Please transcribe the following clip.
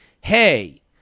hey